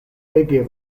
ege